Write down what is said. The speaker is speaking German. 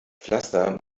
pflaster